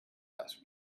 last